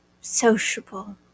sociable